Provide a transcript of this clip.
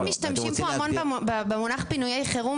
פשוט משתמשים פה המון במונח של פינויי חירום